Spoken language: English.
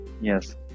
Yes